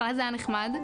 יש לי חמישה ילדים בבית,